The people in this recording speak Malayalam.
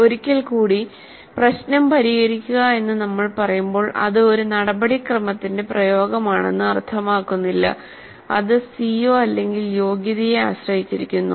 ഒരിക്കൽ കൂടി പ്രശ്നം പരിഹരിക്കുക എന്ന് നമ്മൾ പറയുമ്പോൾ അത് ഒരു നടപടിക്രമത്തിന്റെ പ്രയോഗമാണെന്ന് അർത്ഥമാക്കുന്നില്ല അത് CO യോഗ്യതയെ ആശ്രയിച്ചിരിക്കുന്നു